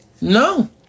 No